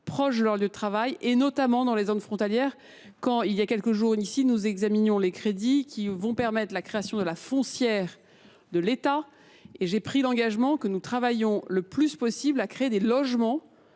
proximité de leur lieu de travail, notamment dans les zones frontalières. C’était il y a quelques jours, alors que nous examinions les crédits qui vont permettre la création d’une foncière de l’État : j’ai pris l’engagement que nous travaillions à créer des logements,